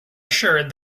assured